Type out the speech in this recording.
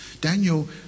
Daniel